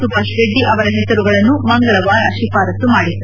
ಸುಭಾಷ್ ರೆಡ್ಡಿ ಅವರ ಹೆಸರುಗಳನ್ನು ಮಂಗಳವಾರ ಶಿಫಾರಸು ಮಾಡಿತ್ತು